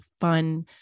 fun